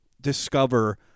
discover